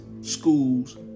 schools